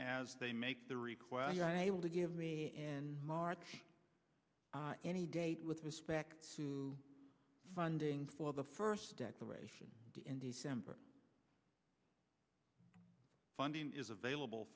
as they make the request able to give me in march any date with respect to funding for the first declaration in december funding is available